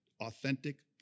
authentic